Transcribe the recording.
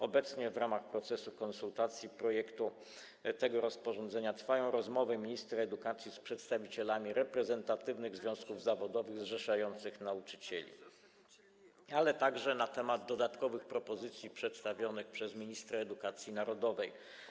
Obecnie w ramach procesu konsultacji projektu tego rozporządzenia trwają rozmowy minister edukacji z przedstawicielami reprezentatywnych związków zawodowych zrzeszających nauczycieli, także na temat dodatkowych propozycji przedstawionych przez minister edukacji narodowej.